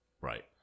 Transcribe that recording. Right